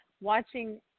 Watching